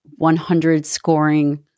100-scoring